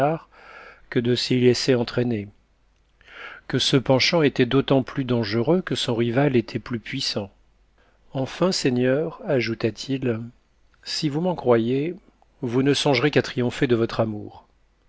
que de s'y laisser entraîner que ce penchant était d'autant plus dangereux que son rival était plus puissant enfin seigneur ajouta-t-il si vous m'en croyez vous ne songerez qu'à triompher de votre amour